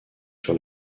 sur